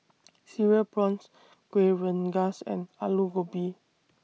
Cereal Prawns Kuih Rengas and Aloo Gobi